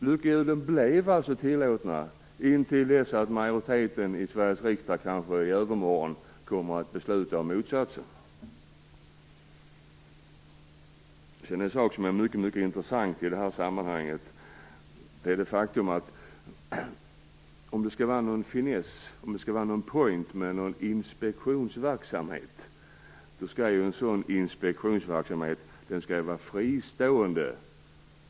Lyckohjulen kom alltså att vara tillåtna och är det till dess att en majoritet i Sveriges riksdag i övermorgon kanske beslutar om motsatsen. En sak som är mycket intressant i detta sammanhang är det faktum att inspektionsverksamheten, för att det skall vara en point med denna, skall vara fristående.